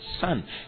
Son